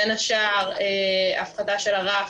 בין השאר, הפחתה של הרף